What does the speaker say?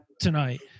tonight